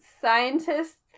Scientists